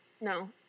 No